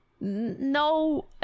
No